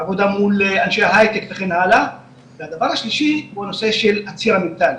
עבודה מול אנשי הייטק וכן הלאה והדבר השלישי הוא הנושא של הציר המנטאלי,